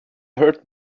hurt